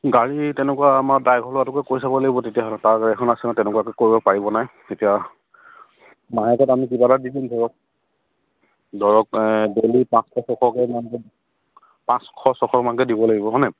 গাড়ী তেনেকুৱা আমাৰ ড্ৰাইভৰ চাব লাগিব তেতিয়াহ'লে তাৰ গাড়ী এখন আছে তেনেকুৱাকে কৰিব পাৰিব নাই এতিয়া মায়েকত আমি কিবা এটা দি দিম ধৰক ধৰক ডেইলি পাঁচশ ছশকে পাঁচশ ছশ মানকে দিব লাগিব হয় নাই